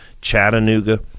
chattanooga